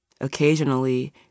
Occasionally